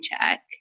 check